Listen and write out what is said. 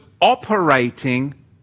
operating